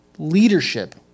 Leadership